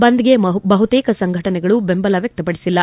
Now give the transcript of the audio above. ಬಂದ್ಗೆ ಬಹುತೇಕ ಸಂಘಟನೆಗಳು ಬೆಂಬಲ ವ್ಯಕ್ತಪಡಿಸಿಲ್ಲ